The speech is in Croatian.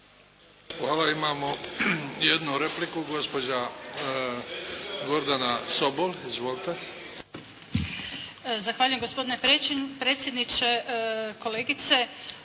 Hvala. Imamo jednu repliku gospođa Gordana Sobol. Izvolite.